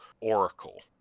Oracle